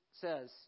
says